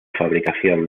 fabricación